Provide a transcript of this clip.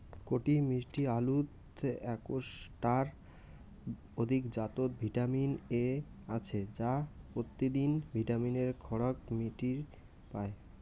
কটি মিষ্টি আলুত একশ টার অধিক জাতত ভিটামিন এ আছে যা পত্যিদিন ভিটামিনের খোরাক মিটির পায়